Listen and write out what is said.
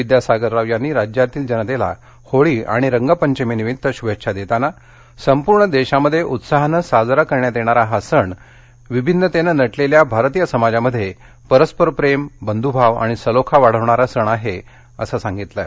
विद्यासागर राव यांनी राज्यातील जनतेला होळी आणि रंगपंचमीनिमित्त शुभेच्छा देताना संपूर्ण देशामध्ये उत्साहानं साजरा करण्यात येणारा हा सण भिन्नतेनं नटलेल्या भारतीय समाजामध्ये परस्पर प्रेम बंध्भाव आणि सलोखा वाढवणारा सण आहे असं राज्यपालांनी आपल्या संदेशात म्हटलं आहे